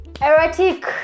Erotic